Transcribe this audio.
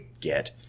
get